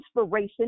inspiration